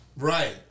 Right